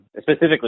specifically